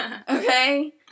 Okay